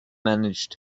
managed